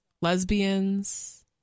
lesbians